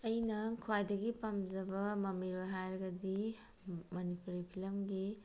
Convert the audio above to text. ꯑꯩꯅ ꯈ꯭ꯋꯥꯏꯗꯒꯤ ꯄꯥꯝꯖꯕ ꯃꯃꯤꯔꯣꯏ ꯍꯥꯏꯔꯒꯗꯤ ꯃꯅꯤꯄꯨꯔꯤ ꯐꯤꯂꯝꯒꯤ